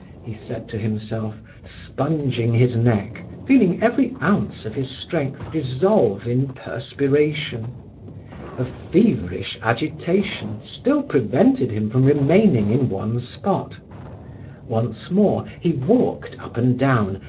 he said to himself, sponging his neck, feeling every ounce of his strength dissolve in perspiration a feverish agitation still prevented him from remaining in one spot once more he walked up and down,